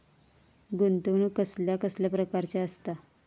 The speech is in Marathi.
गुंतवणूक कसल्या कसल्या प्रकाराची असता?